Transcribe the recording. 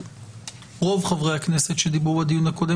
רוב חברי הכנסת שדיברו בדיון הקודם,